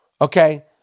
okay